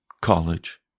college